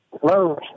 Hello